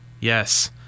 Yes